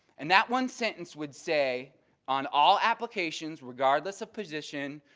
and that one sentence would say on all applications regardless of position,